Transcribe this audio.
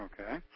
Okay